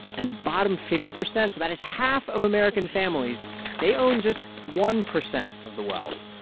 and the bottom fifty percent so that is half of american families they own just one percent of the wealth.